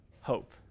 hope